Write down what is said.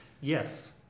yes